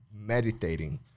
meditating